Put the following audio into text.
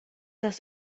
das